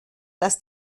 dass